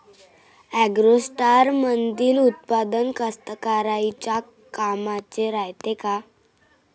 ॲग्रोस्टारमंदील उत्पादन कास्तकाराइच्या कामाचे रायते का?